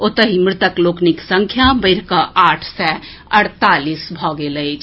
ओतहि मृतक लोकनिक संख्या बढ़िकऽ आठ सय अड़तालीस भऽ गेल अछि